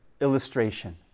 illustration